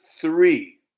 three